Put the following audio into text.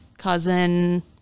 cousin